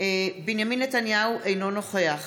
בנימין נתניהו, אינו נוכח